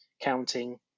counting –